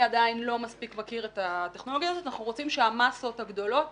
עדיין לא מספיק מכיר את הטכנולוגיה הזאת ואנחנו רוצים שהמסות הגדולות